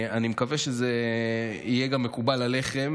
אני מקווה שזה יהיה מקובל גם עליכם,